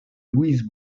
louise